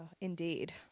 Indeed